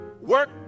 Work